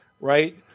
right